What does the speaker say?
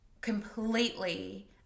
completely